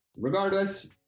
regardless